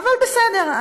אבל בסדר.